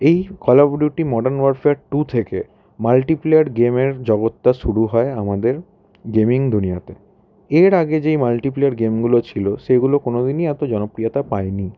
এই Call of Duty Modern Warfare two থেকে multiplayer গেমের জগৎটা শুরু হয় আমাদের গেমিং দুনিয়াতে এর আগে যে মাল্টিপ্লেয়ার গেমেগুলো ছিলো সেগুলো কোনো দিনই এত জনপ্রিয়তা পায়নি